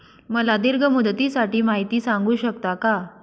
मला दीर्घ मुदतीसाठी माहिती सांगू शकता का?